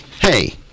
Hey